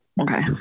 okay